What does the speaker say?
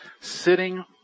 sitting